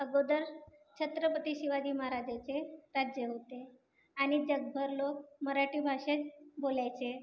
अगोदर छत्रपती शिवाजी महाराज यांचे राज्य होते आणि जगभर लोक मराठी भाषेत बोलायचे